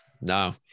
no